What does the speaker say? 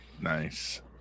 Nice